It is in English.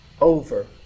over